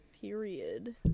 period